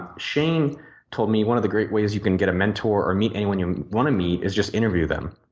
shane told me one of the great ways you can get a mentor or meet anyone you want to meet is just to interview them.